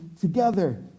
together